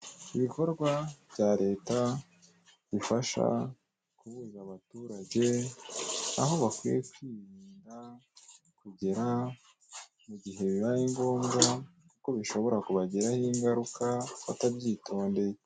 Ibikorwa bya leta bifasha kubuza abaturage aho bakwiye kwirinda kugera, mu gihe bibaye ngombwa kuko bishobora kubagiraho ingaruka batabyitondeye.